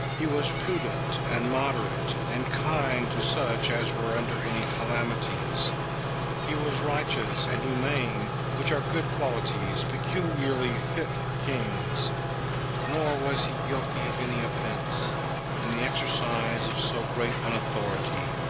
he was prudent and moderate, and kind to such as were under any calamities he was righteous and humane, which are good qualities, peculiarly fit for kings nor was he guilty of any offense in the exercise of so great an authority,